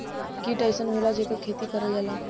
कीट अइसन होला जेकर खेती करल जाला